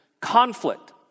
conflict